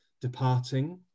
departing